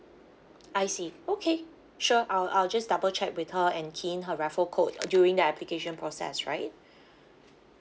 I see okay sure I'll I'll just double check with her and key in her referral code during the application process right